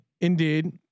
Indeed